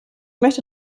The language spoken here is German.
möchte